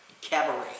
cabaret